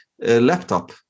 Laptop